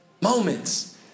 Moments